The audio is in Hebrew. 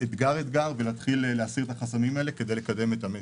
אתגר-אתגר ולהתחיל להסיר את החסמים האלה כדי לקדם את המשק.